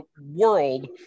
world